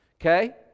Okay